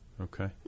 Okay